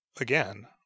again